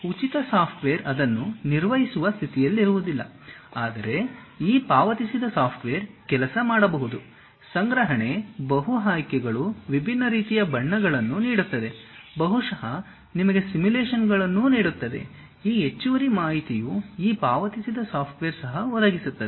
ಉಚಿತ ಸಾಫ್ಟ್ವೇರ್ ಅದನ್ನು ನಿರ್ವಹಿಸುವ ಸ್ಥಿತಿಯಲ್ಲಿಲ್ಲದಿರಬಹುದು ಆದರೆ ಈ ಪಾವತಿಸಿದ ಸಾಫ್ಟ್ವೇರ್ ಕೆಲಸ ಮಾಡಬಹುದು ಸಂಗ್ರಹಣೆ ಬಹು ಆಯ್ಕೆಗಳು ವಿಭಿನ್ನ ರೀತಿಯ ಬಣ್ಣಗಳನ್ನು ನೀಡುತ್ತದೆ ಬಹುಶಃ ನಿಮಗೆ ಸಿಮ್ಯುಲೇಶನ್ಗಳನ್ನು ನೀಡುತ್ತದೆ ಈ ಹೆಚ್ಚುವರಿ ಮಾಹಿತಿಯು ಈ ಪಾವತಿಸಿದ ಸಾಫ್ಟ್ವೇರ್ ಸಹ ಒದಗಿಸುತ್ತದೆ